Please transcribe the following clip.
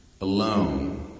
alone